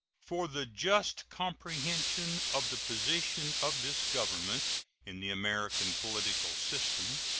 for the just comprehension of the position of this government in the american political system,